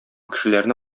кешеләрне